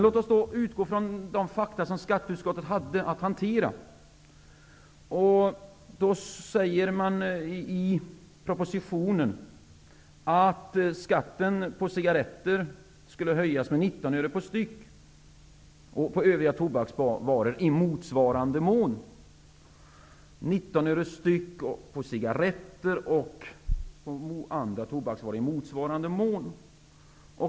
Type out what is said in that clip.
Låt oss emellertid utgå från de fakta som skatteutskottet hade att hantera. I propositionen föreslås att skatten på cigaretter höjs med 19 öre per styck och att skatten på övriga varor höjs i motsvarande mån.